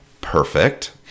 perfect